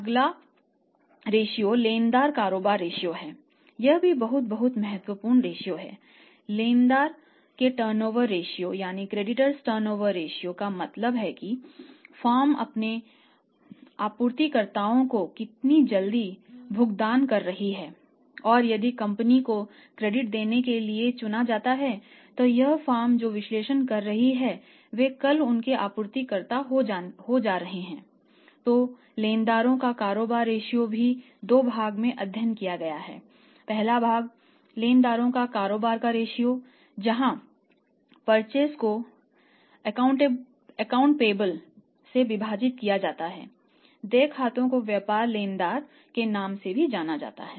अब अगला रेश्यो के नाम से भी जाना जाता है